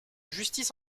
justice